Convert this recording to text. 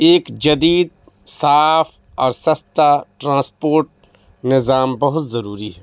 ایک جدید صاف اور سستا ٹرانسپورٹ نظام بہت ضروری ہے